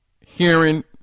hearing